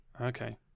Okay